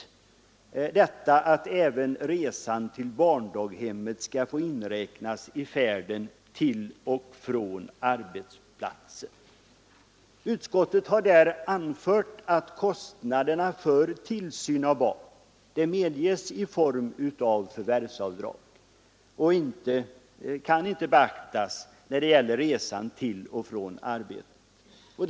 Där hemställs att även resan till barndaghemmet skall få inräknas i färden till och från arbetsplatsen. Utskottet har anfört att avdrag för kostnaderna för tillsyn av barn medges i form av förvärvsavdrag. De kostnaderna kan därför inte beaktas när det gäller resan till och från arbetet.